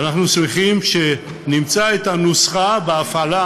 אנחנו צריכים למצוא את הנוסחה בהפעלה